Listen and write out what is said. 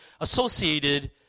associated